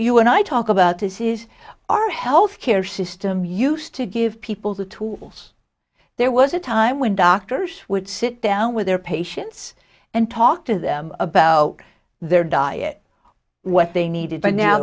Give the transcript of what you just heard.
you and i talk about this is our health care system used to give people the tools there was a time when doctors would sit down with their patients and talk to them about their diet what they needed but now